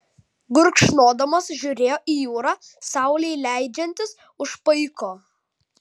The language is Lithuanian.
gurkšnodamas žiūrėjo į jūrą saulei leidžiantis už paiko